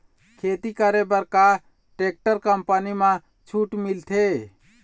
खेती करे बर का टेक्टर कंपनी म छूट मिलथे?